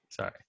Sorry